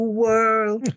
world